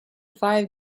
five